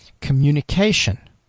communication